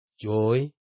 joy